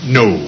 no